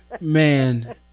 Man